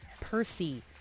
Percy